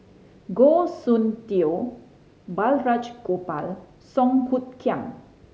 Goh Soon Tioe Balraj Gopal Song Hoot Kiam